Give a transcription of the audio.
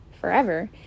forever